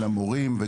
גם למורים,